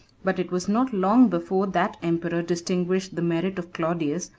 but it was not long before that emperor distinguished the merit of claudius,